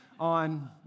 on